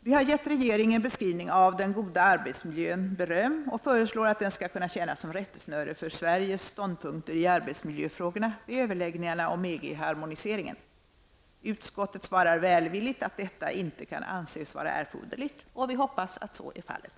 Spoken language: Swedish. Vi har gett regeringens beskrivning av den goda arbetsmiljön beröm och föreslår att den skall kunna tjäna som rättesnöre för Sveriges ståndpunkter i arbetsmiljöfrågorna vid överläggningarna om EG harmoniseringen. Utskottet svarar välvilligt att detta inte kan anses vara erforderligt, och vi hoppas att så är fallet.